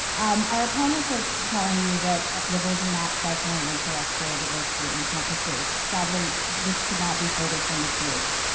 um our opponents are telling you that liberals are not stifling intellectual diversity on campuses. sadly, this could not be further from the truth.